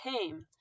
came